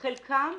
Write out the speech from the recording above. שנייה חלקם,